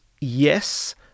yes